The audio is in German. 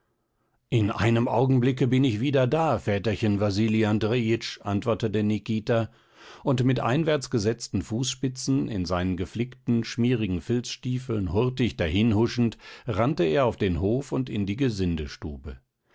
in einem augenblicke bin ich wieder da väterchen wasili andrejitsch antwortete nikita und mit einwärts gesetzten fußspitzen in seinen geflickten schmierigen filzstiefeln hurtig dahinhuschend rannte er auf den hof und in die